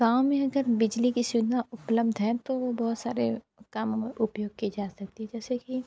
गाँव में अगर बिजली की सुविधा उपलब्ध है तो वो बहुत सारे कामों में उपयोग की जा सकती है जैसे कि